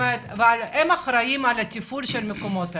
הם אחראיים על התפעול של המקומות האלה.